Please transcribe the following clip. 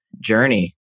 journey